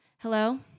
Hello